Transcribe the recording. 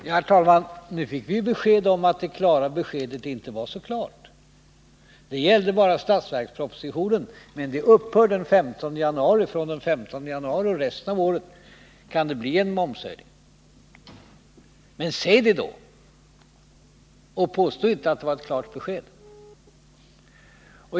Herr talman! Nu fick vi besked om att det klara beskedet inte är så klart. Det avsåg bara budgetpropositionen och upphör att gälla den 15 januari. Under resten av året kan det bli en momshöjning. Men säg det då, och påstå inte att det var ett klart besked!